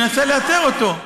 ננסה לאתר אותו.